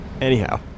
Anyhow